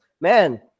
man